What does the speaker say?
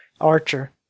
Archer